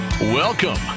Welcome